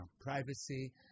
privacy